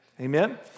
Amen